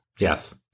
Yes